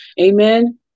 Amen